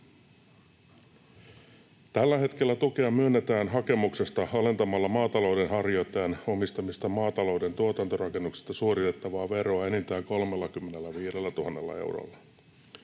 Tällä hetkellä tukea myönnetään hakemuksesta, alentamalla maatalouden harjoittajan omistamista maatalouden tuotantorakennuksista suoritettavaa veroa enintään 35 000 eurolla.